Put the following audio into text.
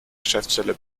geschäftsstelle